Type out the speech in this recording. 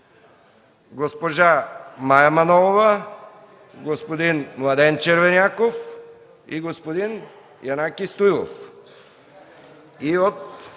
госпожа Мая Манолова, господин Младен Червеняков, господин Янаки Стоилов.